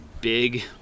big